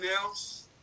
else